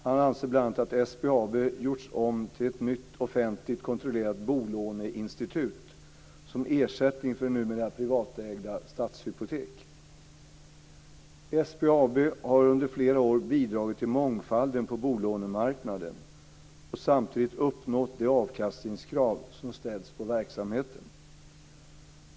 Han anser bl.a. att SBAB har under flera år bidragit till mångfalden på bolånemarknaden och samtidigt uppnått det avkastningskrav som ställs på verksamheten.